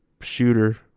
shooter